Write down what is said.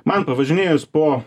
man pavažinėjus po